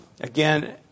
Again